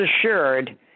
assured